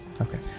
Okay